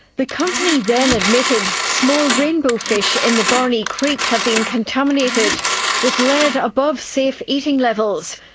the company then admitted small rainbow fish in the barney creek had been contaminated with lead above safe eating levels.